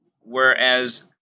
whereas